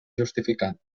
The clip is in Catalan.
justificant